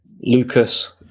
Lucas